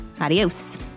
Adios